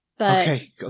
Okay